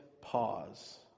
pause